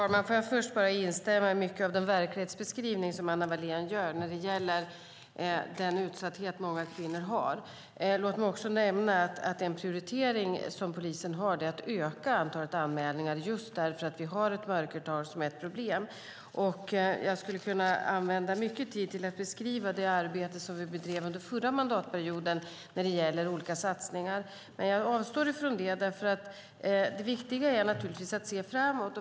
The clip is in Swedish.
Herr talman! Jag vill först instämma i den verklighetsbeskrivning Anna Wallén gör när det gäller den utsatthet många kvinnor har. Låt mig också nämna att den prioritering polisen har är att öka antalet anmälningar, just därför att vi har ett mörkertal som är ett problem. Jag skulle kunna använda mycket tid till att beskriva det arbete vi bedrev under den förra mandatperioden när det gäller olika satsningar. Jag avstår dock från det, för det viktiga är naturligtvis att se framåt.